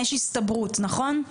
יש הסתברות, נכון?